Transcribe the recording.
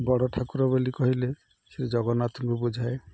ବଡ଼ ଠାକୁର ବୋଲି କହିଲେ ସେ ଜଗନ୍ନାଥଙ୍କୁ ବୁଝାଏ